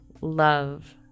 love